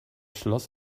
schloss